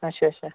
آچھا آچھا